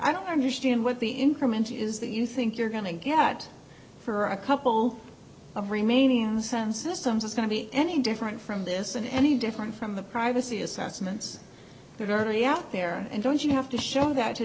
i don't understand what the increment is that you think you're going to get for a couple of remaining the sound systems is going to be any different from this and any different from the privacy assessments they're very out there and don't you have to show that to